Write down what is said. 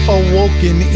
awoken